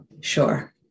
Sure